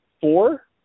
four